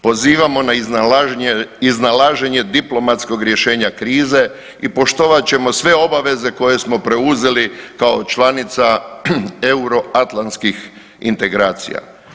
Pozivamo na iznalaženje diplomatskog rješenja krize i poštovat ćemo sve obaveze koje smo preuzeli kao članica euroatlantskih integracija.